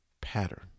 pattern